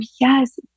yes